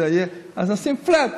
עושים flat,